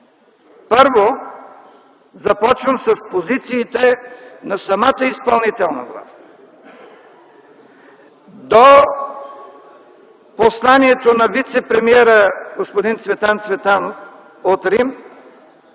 Първо, започвам с позициите на самата изпълнителна власт. До посланието на вицепремиера господин Цветан Цветанов от Рим